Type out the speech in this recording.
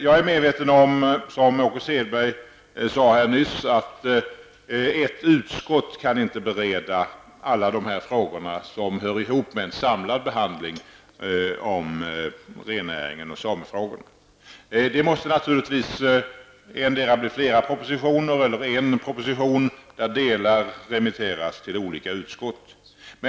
Jag är medveten om att -- som Åke Selberg sade här nyss -- ett utskott inte kan bereda alla de frågor som hör ihop med en samlad behandling av rennäringen och samefrågorna. Det måste naturligtvis bli antingen flera propositioner eller en proposition där delar remitteras till olika utskott.